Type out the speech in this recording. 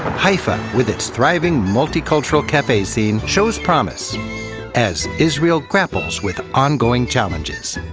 haifa, with its thriving, multi-cultural cafe scene, shows promise as israel grapples with ongoing challenges.